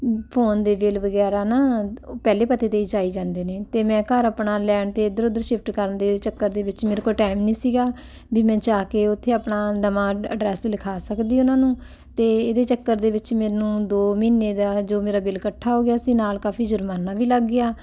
phone ਦੇ bill ਵਗੈਰਾ ਨਾ ਪਹਿਲੇ ਪਤੇ ਤੇ ਜਾਈ ਜਾਂਦੇ ਨੇ ਤੇ ਮੈਂ ਘਰ ਆਪਣਾ ਲੈਣ ਤੇ ਇਧਰ ਉਧਰ ਸ਼ਿਫਟ ਕਰਨ ਦੇ ਚੱਕਰ ਦੇ ਵਿੱਚ ਮੇਰੇ ਕੋਲ ਟਾਈਮ ਨਹੀਂ ਸੀਗਾ ਵੀ ਮੈਂ ਜਾ ਕੇ ਉਥੇ ਆਪਣਾ ਨਵਾਂ ਐਡਰੈਸ ਲਿਖਾ ਸਕਦੇ ਹੋ ਉਹਨਾਂ ਨੂੰ ਤੇ ਇਹਦੇ ਚੱਕਰ ਦੇ ਵਿੱਚ ਮੈਨੂੰ ਦੋ ਮਹੀਨੇ ਦਾ ਜੋ ਮੇਰਾ ਬਿਲ ਇਕੱਠਾ ਹੋ ਗਿਆ ਸੀ ਨਾਲ ਕਾਫੀ ਜੁਰਮਾਨਾ ਵੀ ਲੱਗ ਗਿਆ